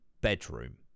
bedroom